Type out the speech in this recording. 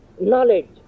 knowledge